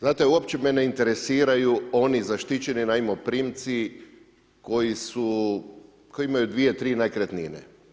Znate uopće me ne interesiraju oni zaštićeni najmoprimci koji su, koji imaju dvije, tri nekretnine.